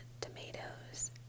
tomatoes